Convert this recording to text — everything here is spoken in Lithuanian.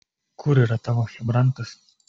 kur yra tavo chebrantas